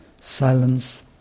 silence